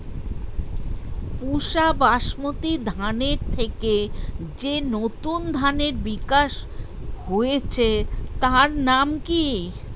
পুসা বাসমতি ধানের থেকে যে নতুন ধানের বিকাশ হয়েছে তার নাম কি?